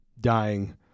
dying